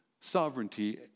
Sovereignty